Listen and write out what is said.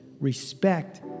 respect